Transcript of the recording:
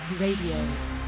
Radio